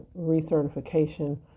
recertification